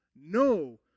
No